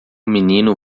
menino